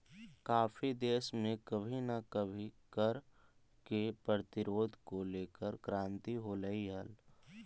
काफी देशों में कभी ना कभी कर के प्रतिरोध को लेकर क्रांति होलई हल